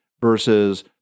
versus